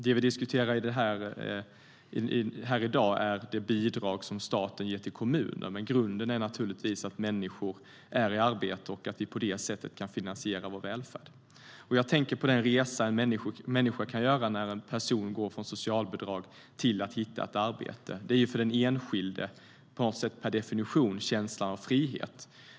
Det vi diskuterar i dag är det bidrag som staten ger till kommunerna, men grunden är givetvis att människor är i arbete och att vi på det sättet kan finansiera vår välfärd. Jag tänker på den resa en människa kan göra när en person går från socialbidrag till att hitta ett arbete. Det är för den enskilde på något sätt per definition känslan av frihet.